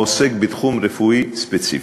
העוסק בתחום רפואי ספציפי.